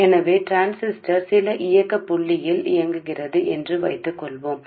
కాబట్టి ట్రాన్సిస్టర్ కొన్ని operating point వద్ద పని చేద్దాము